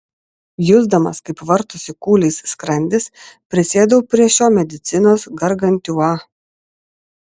jusdamas kaip vartosi kūliais skrandis prisėdau prie šio medicinos gargantiua